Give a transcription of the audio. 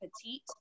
petite